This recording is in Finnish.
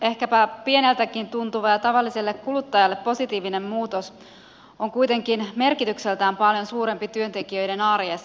ehkäpä pieneltäkin tuntuva ja tavalliselle kuluttajalle positiivinen muutos on kuitenkin merkitykseltään paljon suurempi työntekijöiden arjessa